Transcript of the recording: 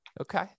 Okay